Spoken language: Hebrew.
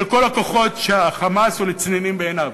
של כל הכוחות ש"חמאס" הוא לצנינים בעיניהם,